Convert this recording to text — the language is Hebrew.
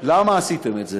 למה עשיתם את זה.